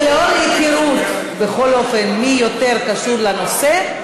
מהיכרות, בכל אופן, מי יותר קשור לנושא,